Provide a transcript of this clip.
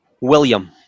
William